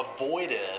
avoided